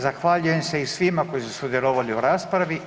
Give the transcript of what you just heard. Zahvaljujem se i svima koji su sudjelovali u raspravi.